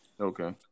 Okay